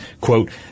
quote